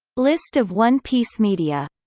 list of one piece media